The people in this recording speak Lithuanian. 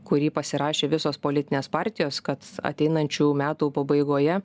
kurį pasirašė visos politinės partijos kad ateinančių metų pabaigoje